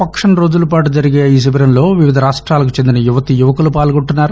పక్షం రోజుల పాటు జరిగే ఈ శిబిరంలో వివిధ రాష్ట్లాలకు చెందిన యువతీ యువకులు పాల్గొంటున్నారు